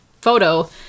photo